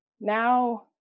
Now